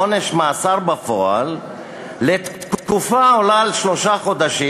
לעונש מאסר בפועל לתקופה העולה על שלושה חודשים,